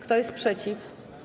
Kto jest przeciw?